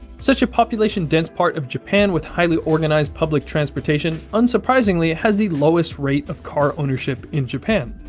such a population dense part of japan with highly organized public transportation unsurprisingly has the lowest rate of car ownership in japan.